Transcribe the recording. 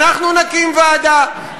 אנחנו נקים ועדה.